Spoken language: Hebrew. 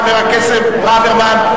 חבר הכנסת ברוורמן,